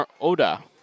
Oda